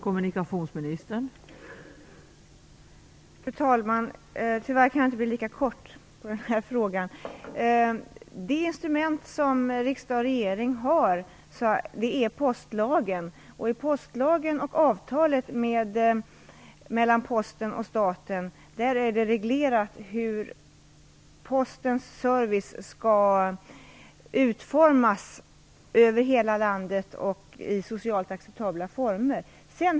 Fru talman! Tyvärr kan jag inte lämna ett lika kortfattat svar på den här frågan. Det instrument som riksdag och regering har i det här sammanhanget är postlagen, och där och i avtalet mellan Posten och staten är det reglerat hur Postens service skall utformas över hela landet och i socialt acceptabla former.